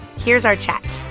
here's our chat